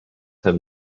have